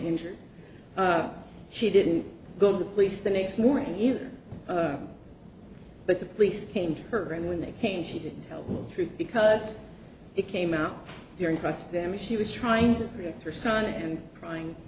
injured she didn't go to the police the next morning either but the police came to her and when they came she didn't tell the truth because it came out during cross them if she was trying to rape her son and crying